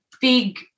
big